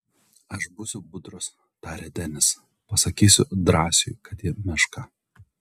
aš būsiu budrus tarė denis pasakysiu drąsiui kad ji meška